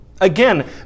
Again